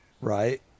Right